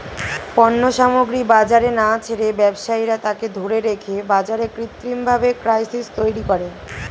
পণ্য সামগ্রী বাজারে না ছেড়ে ব্যবসায়ীরা তাকে ধরে রেখে বাজারে কৃত্রিমভাবে ক্রাইসিস তৈরী করে